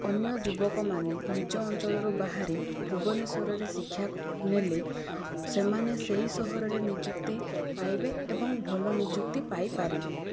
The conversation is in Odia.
ଅନ୍ୟ ଯୁବକମାନେ ନିଜ ଅଞ୍ଚଳରୁ ବାହାରି ଭୁବନେଶ୍ୱରରେ ଶିକ୍ଷା ନେଲେ ସେମାନେ ସେଇ ସହରରେ ନିଯୁକ୍ତି ପାଇବେ ଏବଂ ଭଲ ନିଯୁକ୍ତି ପାଇପାରିବେ